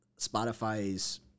Spotify's